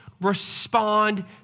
respond